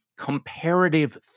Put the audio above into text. comparative